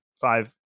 five